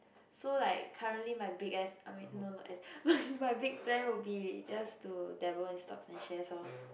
so like currently my big ass I mean no no ass my big plan would be just to dabble in stocks and shares orh